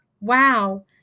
Wow